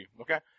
Okay